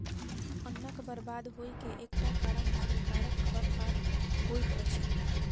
अन्नक बर्बाद होइ के एकटा कारण हानिकारक खरपात होइत अछि